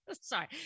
sorry